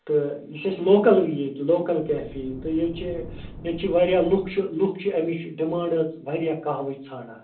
تہٕ یہِ چھِ اَسہِ لوکَل ییٚتہِ لوکَل کیفے تہٕ ییٚتہِ چھِ ییٚتہِ چھِ واریاہ لُکھ چھِ لُکھ چھِ اَمِچ ڈِمانٛڈ حظ واریاہ قہوٕچ ژھانٛڈان